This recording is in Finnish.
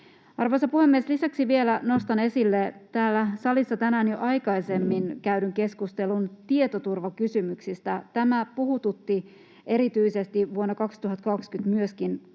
Arvoisa puhemies! Lisäksi vielä nostan esille täällä salissa tänään jo aikaisemmin käydyn keskustelun tietoturvakysymyksistä — tämä puhututti erityisesti vuonna 2020 myöskin